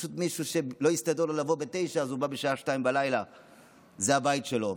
פשוט מישהו שלא הסתדר לו לבוא ב-21:00 והוא בא בשעה 02:00. זה הבית שלו.